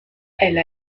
elle